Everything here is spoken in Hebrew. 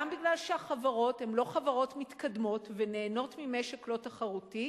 גם מפני שהחברות הן לא חברות מתקדמות ונהנות ממשק לא תחרותי,